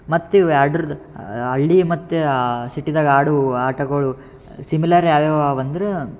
ಮತ್ತು ಇವು ಎರಡರದ್ದು ಹಳ್ಳಿ ಮತ್ತು ಸಿಟಿದಾಗ ಆಡೋ ಆಟಗಳು ಸಿಮಿಲರ್ ಯಾವ ಯಾವ ಅವು ಅಂದ್ರೆ